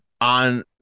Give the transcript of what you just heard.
on